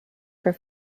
for